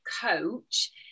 coach